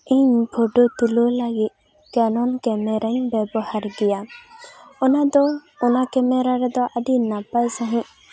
ᱤᱧ ᱯᱷᱳᱴᱳ ᱛᱩᱞᱟᱹᱣ ᱞᱟᱹᱜᱤᱫ ᱠᱮᱱᱚᱢ ᱠᱮᱢᱮᱨᱟᱧ ᱵᱮᱵᱚᱦᱟᱨ ᱜᱮᱭᱟ ᱚᱱᱟᱫᱚ ᱚᱱᱟ ᱠᱮᱢᱮᱨᱟ ᱨᱮᱫᱚ ᱟᱹᱰᱤ ᱱᱟᱯᱟᱭ ᱥᱟᱺᱦᱤᱡ